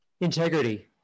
Integrity